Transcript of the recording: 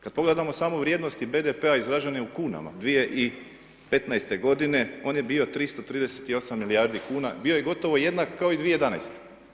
Kad pogledamo samo vrijednosti BDP-a izražene u kunama 2015. godine on je bio 338 milijardi kuna, bio je gotovo jednak kao i 2011.